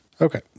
Okay